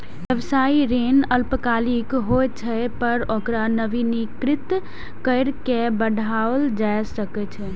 व्यावसायिक ऋण अल्पकालिक होइ छै, पर ओकरा नवीनीकृत कैर के बढ़ाओल जा सकै छै